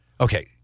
Okay